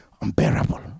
unbearable